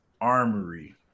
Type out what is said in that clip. armory